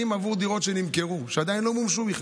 בעבור דירות שנמכרו ושעדיין לא מומשו בכלל.